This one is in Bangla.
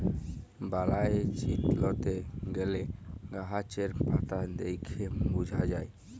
বালাই চিলতে গ্যালে গাহাচের পাতা দ্যাইখে বুঝা যায়